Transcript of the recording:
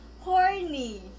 Horny